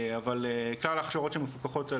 אבל כלל ההכשרות שמפוקחות,